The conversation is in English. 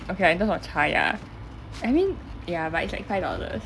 okay lah in terms of 茶 ya I mean ya but it's like five dollars